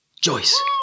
Joyce